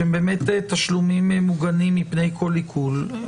שהם באמת תשלומים מוגנים מפני כל עיקול?